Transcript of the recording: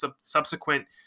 subsequent